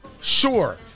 sure